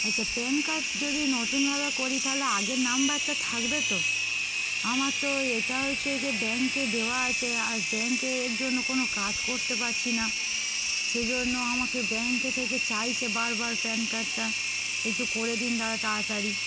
আচ্ছা PAN card যদি নতুনভাবে করি তাহলে আগের নাম্বারটা থাকবে তো আমার তো এটা হচ্ছে যে ব্যাঙ্কে দেওয়া আছে আর ব্যাঙ্কে এর জন্য কোনো কাজ করতে পারছি না সেজন্য আমাকে ব্যাঙ্কে থেকে চাইছে বারবারার প্যান কার্ডটা একটু করে দিন দাদা তাড়াতাড়ি